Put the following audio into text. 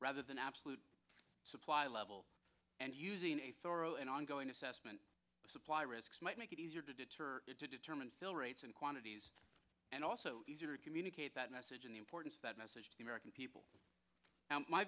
rather than absolute supply level and using a thorough and ongoing assessment of supply risks might make it easier to detour to determine fill rates and quantities and also easier to communicate that message in the importance that message to the american people and my